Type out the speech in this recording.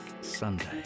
Sunday